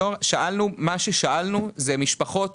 מה ששאלנו זה משפחות